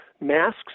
Masks